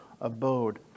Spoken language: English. abode